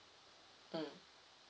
mm